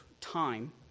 time